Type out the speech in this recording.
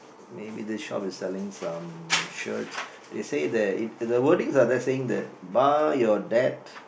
maybe this shop is selling some shirts they say that it the wordings are there saying that buy your dad